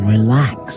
Relax